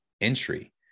entry